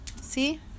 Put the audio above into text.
See